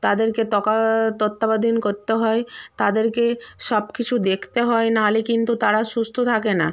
তাদেরকে তকা তত্ত্বাবধান করতে হয় তাদেরকে সব কিছু দেখতে হয় নাহলে কিন্তু তারা সুস্থ থাকে না